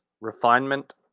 refinement